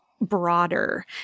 broader